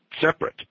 separate